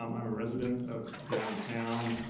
um i am a resident of downtown.